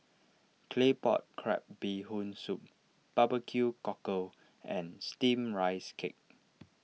Claypot Crab Bee Hoon Soup Barbecue Cockle and Steamed Rice Cake